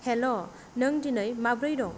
hello नों दिनै माबोरै दं